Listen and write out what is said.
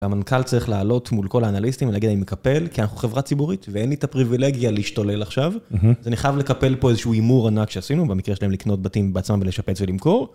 המנכ״ל צריך להעלות מול כל האנליסטים ולהגיד אני מקפל כי אנחנו חברה ציבורית ואין לי את הפריבילגיה להשתולל עכשיו אז אני חייב לקפל פה איזשהו הימור ענק שעשינו במקרה שלהם לקנות בתים בעצמם ולשפץ ולמכור.